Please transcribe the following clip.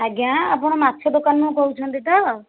ଆଜ୍ଞା ଆପଣ ମାଛ ଦୋକାନରୁ କହୁଛନ୍ତି ତ